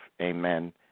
Amen